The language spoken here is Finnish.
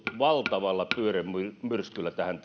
valtavalla pyörremyrskyllä tähän